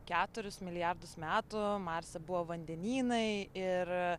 keturis milijardus metų marse buvo vandenynai ir